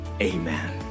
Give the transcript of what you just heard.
amen